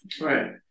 Right